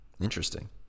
Interesting